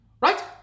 right